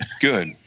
Good